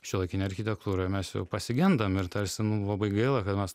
šiuolaikinėj architektūroj mes jau pasigendam ir tarsi labai gaila kad mes